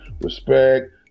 respect